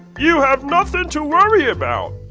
you have nothing to worry about!